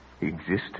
existence